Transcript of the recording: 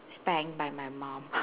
spank by my mum